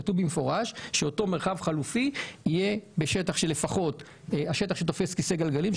כתוב במפורש שאותו מרחב חלופי יהיה בשטח שלפחות השטח שתופס כיסא גלגלים.